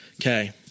Okay